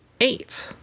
Eight